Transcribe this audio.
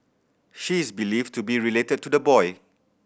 she is believed to be related to the boy